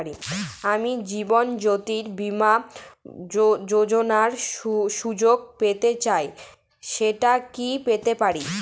আমি জীবনয্যোতি বীমা যোযোনার সুযোগ পেতে চাই সেটা কি পেতে পারি?